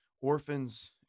orphans